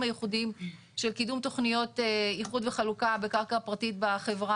הייחודיים של קידום תכניות איחוד וחלוקה בקרקע פרטית בחברה